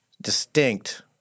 distinct